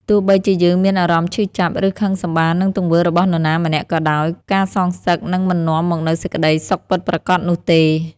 ទោះបីជាយើងមានអារម្មណ៍ឈឺចាប់ ឬខឹងសម្បារនឹងទង្វើរបស់នរណាម្នាក់ក៏ដោយ ការសងសឹកនឹងមិននាំមកនូវសេចក្តីសុខពិតប្រាកដនោះទេ។